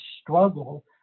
struggle